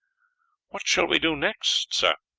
what shall we do next, sir?